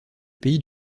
pays